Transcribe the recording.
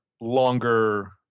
longer